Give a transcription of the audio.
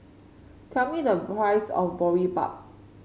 tell me the price of Boribap